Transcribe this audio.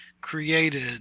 created